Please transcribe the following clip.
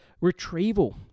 Retrieval